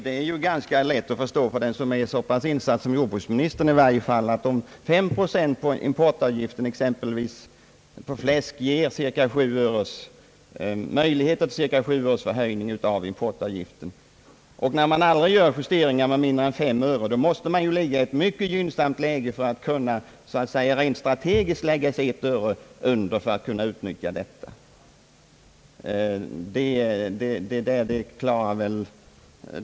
Det är ganska lätt att förstå för den som är så pass insatt i dessa frågor som jordbruksministern, att om 5 procent på importavgiften exempelvis för fläsk ger möjlighet till cirka 7 öres förhöjning av denna avgift, och om man som regel icke gör justering med mindre än 5 öre, måste man vara i ett mycket gynnsamt läge för att rent strategiskt kunna gå under utlösningsgränsen med 1 öre och således på ett sätt som icke förutsatts utnyttja situationen.